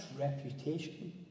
reputation